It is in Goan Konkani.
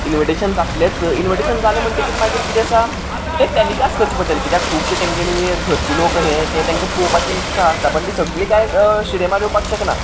इन्विटेशन जातलेंच इन्विटेशन जालें म्हणटकीर मागीर कितें सांग टॅलिकास्ट करचें पडटलें कित्याक खुबशें तेंगेले घरचे लोक हें तें तांकां पळोवपाची इत्सा आसता पूण तीं सगळीं कांय स्टॅडियमार येवपाक शकना